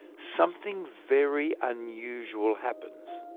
something very unusual happens.